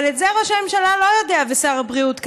אבל את זה ראש הממשלה ושר הבריאות לא יודע,